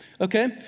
Okay